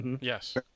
Yes